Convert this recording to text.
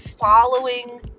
following